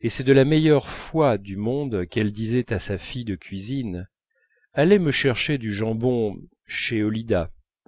et c'est de la meilleure foi du monde qu'elle disait à sa fille de cuisine allez me chercher du jambon chez olida